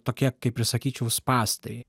tokie kaip ir sakyčiau spąstai